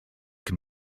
can